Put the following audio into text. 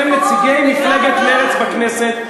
אתם נציגי מפלגת מרצ בכנסת,